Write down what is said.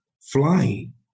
flying